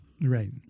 Right